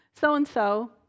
So-and-so